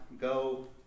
go